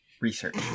research